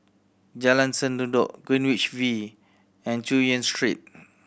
Jalan Sendudok Greenwich V and Chu Yen Street